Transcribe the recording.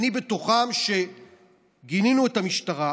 אני בתוכם, שגינו את המשטרה,